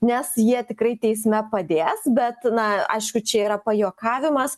nes jie tikrai teisme padės bet na aišku čia yra pajuokavimas